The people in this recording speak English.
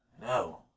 No